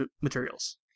materials